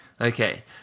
Okay